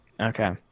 Okay